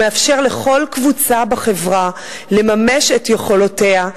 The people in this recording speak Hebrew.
ומאפשר לכל קבוצה בחברה לממש את יכולותיה,